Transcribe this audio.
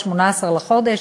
ב-18 בחודש,